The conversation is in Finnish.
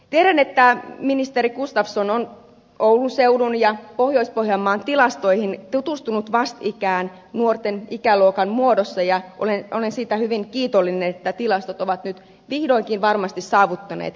tiedän että ministeri gustafsson on oulun seudun ja pohjois pohjanmaan tilastoihin tutustunut vastikään nuorten ikäluokan muodossa ja olen siitä hyvin kiitollinen että tilastot ovat nyt vihdoinkin varmasti saavuttaneet ministerin